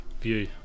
view